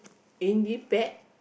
in the pad